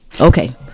Okay